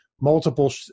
multiple